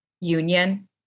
union